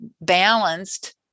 balanced